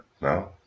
No